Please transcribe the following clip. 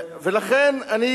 ולכן, אני